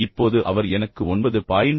இப்போது அவர் எனக்கு 9